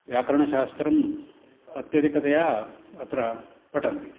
व्याकरणशास्त्रम् अत्यधिकतया अत्र पठन्ति